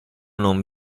non